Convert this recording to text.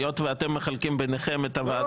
היות שאתם מחלקים ביניכם את הוועדות